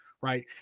right